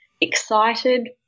excited